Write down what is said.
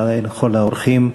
לכל האורחים,